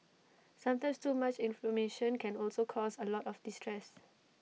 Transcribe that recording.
sometimes too much information can also cause A lot of distress